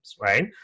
right